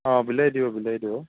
অঁ বিলাহী দিব বিলাহী দিব